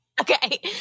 Okay